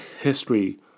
history